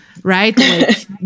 Right